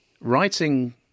writing